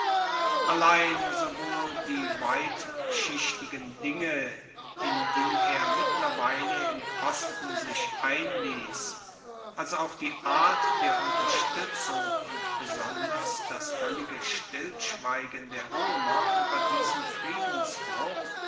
allein sowohl die weitschichtigen dinge in die er mittlerweile im osten sich einliess als auch die art der unterstuetzung und besonders das voellige stillschweigen der roemer ueber diesen friedensbruch